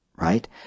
right